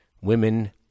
Women